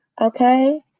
okay